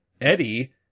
Eddie